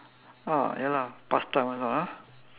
ah ya lah past time also ah